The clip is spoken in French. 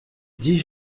dix